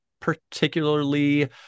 particularly